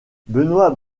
benoît